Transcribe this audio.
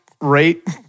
rate